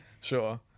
sure